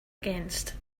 against